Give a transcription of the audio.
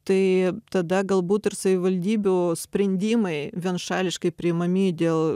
tai tada galbūt ir savivaldybių sprendimai vienašališkai priimami dėl